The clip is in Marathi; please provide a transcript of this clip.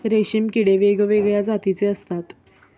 रेशीम किडे वेगवेगळ्या जातीचे असतात